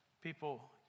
people